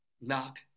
knock